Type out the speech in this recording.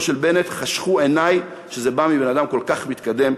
של בנט חשכו עיני שזה בא מבן-אדם כל כך מתקדם,